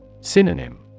Synonym